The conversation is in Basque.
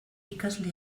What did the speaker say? ikasle